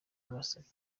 nabasabye